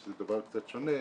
שזה דבר קצת שונה,